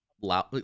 loud